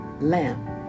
lamp